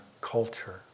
culture